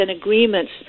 agreements